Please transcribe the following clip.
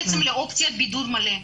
החלופה בעצם היא אופציית בידוד מלא.